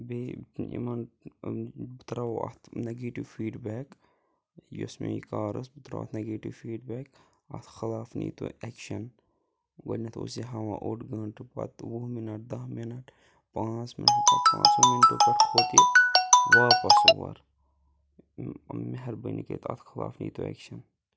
بیٚیہِ یِمَن بہٕ ترٛاوو اتھ نیٚگیٹِو فیٖڈبیک یۄس مےٚ یہِ کار ٲسۍ بہٕ ترٛاوٕ اتھ نیٚگیٹِو فیٖڈبیک اتھ خلاف نیٖتو ایٚکشَن گۄڈنٮ۪تھ اوس یہِ ہاوان اوٚڈ گٲنٛٹہٕ پَتہٕ وُہ مِنَٹ دہ مِنَٹ پانٛژھ مِنَٹ مہربٲنی کٔرِتھ اتھ خلاف نیٖتو ایٚکشَن